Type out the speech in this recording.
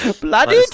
Bloody